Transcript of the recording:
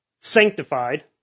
sanctified